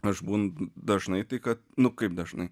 aš būnu dažnai tai kad nu kaip dažnai